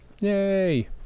Yay